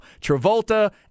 Travolta